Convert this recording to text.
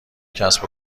کسب